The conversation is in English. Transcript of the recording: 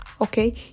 okay